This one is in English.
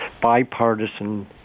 bipartisan